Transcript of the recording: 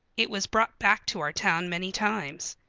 it was brought back to our town many times.